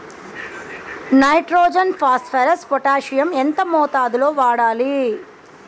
Nitrogen phosphorus potassium ఎంత మోతాదు లో వాడాలి?